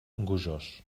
gojós